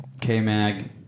K-Mag